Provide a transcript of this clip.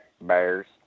Bears